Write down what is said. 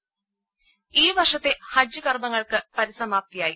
രുമ ഈ വർഷത്തെ ഹജ്ജ് കർമ്മങ്ങൾക്ക് പരിസമാപ്തിയായി